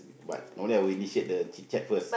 but normally I will initiate the chit-chat first